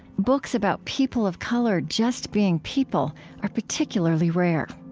books about people of color just being people are particularly rare.